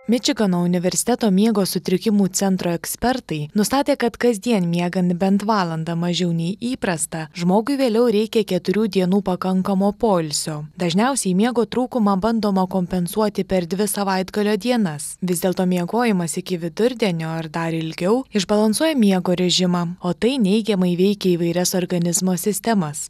mičigano universiteto miego sutrikimų centro ekspertai nustatė kad kasdien miegant bent valandą mažiau nei įprasta žmogui vėliau reikia keturių dienų pakankamo poilsio dažniausiai miego trūkumą bandoma kompensuoti per dvi savaitgalio dienas vis dėlto miegojimas iki vidurdienio ar dar ilgiau išbalansuoja miego režimą o tai neigiamai veikia įvairias organizmo sistemas